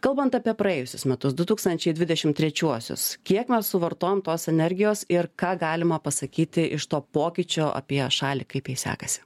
kalbant apie praėjusius metus du tūkstančiai dvidešimt trečiuosius kiek mes suvartojam tos energijos ir ką galima pasakyti iš to pokyčio apie šalį kaip jai sekasi